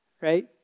right